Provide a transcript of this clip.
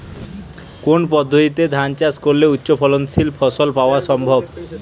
কোন পদ্ধতিতে ধান চাষ করলে উচ্চফলনশীল ফসল পাওয়া সম্ভব?